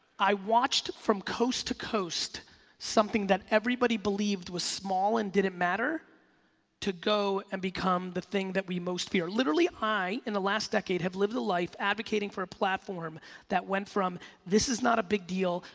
i watched from coast to coast something that everybody believed was small and didn't matter to go and become the thing that we most fear. literally i in the last decade have lived a life advocating for a platform that went from this is not a big deal,